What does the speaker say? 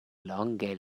longe